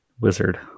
wizard